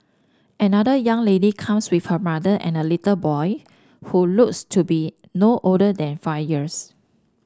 another young lady comes with her mother and a little boy who looks to be no older than five years